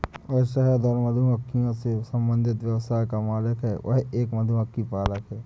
वह शहद और मधुमक्खियों से संबंधित व्यवसाय का मालिक है, वह एक मधुमक्खी पालक है